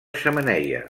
xemeneia